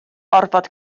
orfod